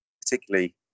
particularly